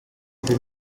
then